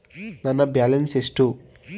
ನನ್ನ ಬ್ಯಾಲೆನ್ಸ್ ಎಷ್ಟು?